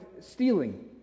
stealing